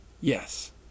Yes